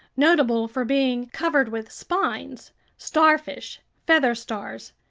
notable for being covered with spines starfish, feather stars,